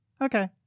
Okay